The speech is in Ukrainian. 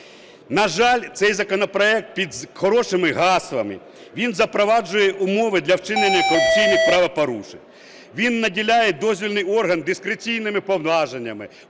На жаль, цей законопроект під хорошими гаслами, він запроваджує умови для вчинення корупційних правопорушень. Він наділяє дозвільний орган дискреційними повноваженнями